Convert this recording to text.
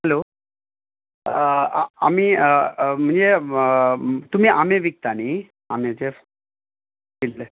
hello आमी म्हणजे तुमी आंबे विकतात न्हय आंब्याचेर कितले